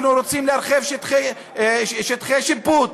אנחנו רוצים להרחיב שטחי שיפוט,